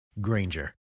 Granger